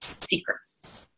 secrets